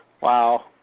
Wow